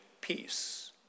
peace